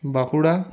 Bankura